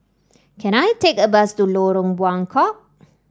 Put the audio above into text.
can I take a bus to Lorong Buangkok